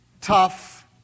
tough